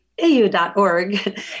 AU.org